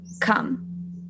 come